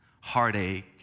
heartache